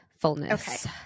fullness